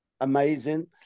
Amazing